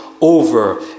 over